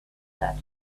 that